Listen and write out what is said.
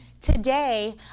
today